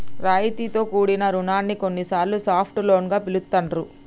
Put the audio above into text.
రాయితీతో కూడిన రుణాన్ని కొన్నిసార్లు సాఫ్ట్ లోన్ గా పిలుత్తాండ్రు